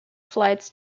flights